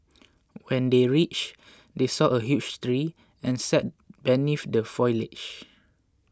when they reached they saw a huge tree and sat beneath the foliage